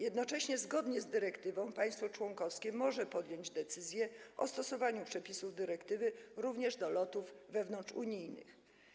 Jednocześnie zgodnie z dyrektywą państwo członkowskie może podjąć decyzję o stosowaniu przepisów dyrektywy również do lotów wewnątrzunijnych.